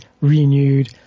renewed